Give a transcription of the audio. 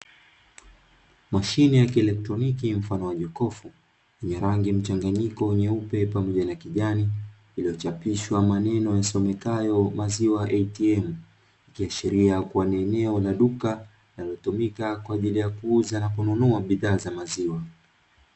Mashine ya kielektroniki mfano wa jokofu, yenye rangi mchanganyiko nyeupe pamoja na kijani; iliyochapishwa maneno yasomekayo ''maziwa ATM''. Ikiashiria kuwa ni eneo la duka linalotumika kwa ajili ya kuuza na kununua bidhaa za maziwa.